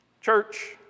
Church